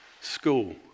school